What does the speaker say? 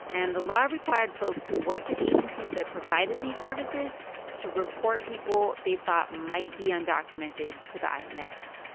and the law required folks who worked at agencies that provided these services to report people they thought might be undocumented to the ins,